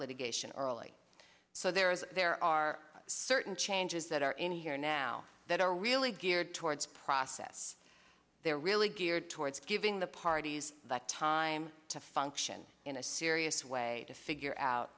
litigation early so there is there are certain changes that are in here now that are really geared towards process they're really geared towards giving the parties that time to function in a serious way to figure out